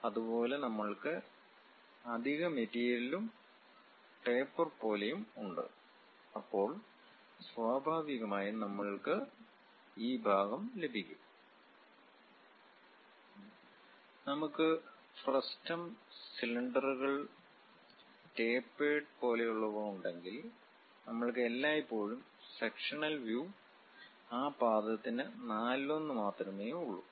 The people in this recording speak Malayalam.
അതുപോലെ നമ്മൾക്ക് അധിക മെറ്റീരിയലും ടേപ്പർ പോലെയും ഉണ്ട് അപ്പോൾ സ്വാഭാവികമായും നമുക്ക് ഈ ഭാഗം ലഭിക്കും നമുക്ക് ഫ്രസ്റ്റം സിലിണ്ടറുകൾ ടാപ്പേർഡ് പോലെയുള്ളവ ഉണ്ടെങ്കിൽ നമ്മൾക്ക് എല്ലായ്പ്പോഴും സെക്ഷൻ വ്യൂ ആ പാദത്തിന്റെ നാലിലൊന്ന് മാത്രമേയുള്ളൂ